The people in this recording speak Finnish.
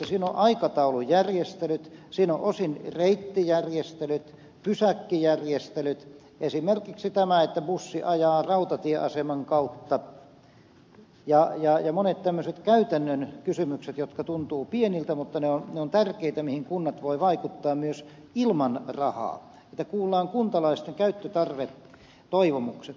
siinä on aikataulujärjestelyt siinä on osin reittijärjestelyt pysäkkijärjestelyt esimerkiksi tämä että bussi ajaa rautatieaseman kautta ja monet tämmöiset käytännön kysymykset jotka tuntuvat pieniltä mutta ovat tärkeitä mihin kunnat voivat vaikuttaa myös ilman rahaa kuullaan kuntalaisten käyttötarvetoivomukset